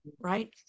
right